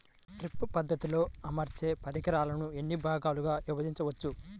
Drip పద్ధతిలో అమర్చే పరికరాలను ఎన్ని భాగాలుగా విభజించవచ్చు?